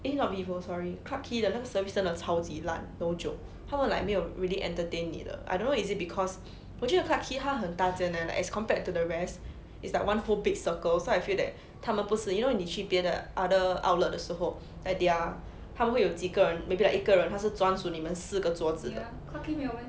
eh not vivo sorry clarke quay 的 service 真的超级烂 no joke 他们 like 没有 really entertain 你的 I don't know is it because 我觉得 clarke quay 他很大间 as compared to the rest is like one whole big circle so I feel that 他们不是 you know 你去别的 other outlet 的时候 at their 它会有几个人 maybe like 一个人他是专属你们四个桌子的